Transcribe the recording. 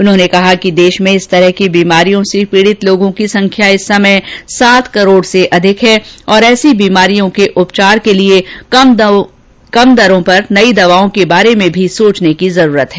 उन्होंने कहा कि देश में इस तरह की बीमारियों से पीड़ित लोगों की संख्या इस समय सात करोड़ से अधिक है और ऐसी बीमारियों के उपचार के लिए कम दरों पर नयी दवाओं के बारे में भी सोचने की जरूरत है